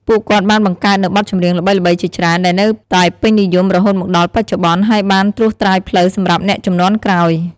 ពួកគាត់បានបង្កើតនូវបទចម្រៀងល្បីៗជាច្រើន ដែលនៅតែពេញនិយមរហូតមកដល់បច្ចុប្បន្ន ហើយបានត្រួសត្រាយផ្លូវសម្រាប់អ្នកជំនាន់ក្រោយ។